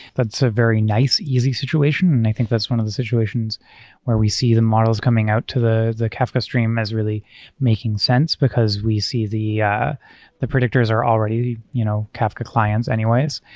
that's a very nice, easy situation, and i think that's one of the situations where we see the models coming out to the the kafka stream as really making sense, because we see the yeah the predictors are already you know kafka clients anyways.